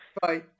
Bye